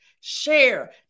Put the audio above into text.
share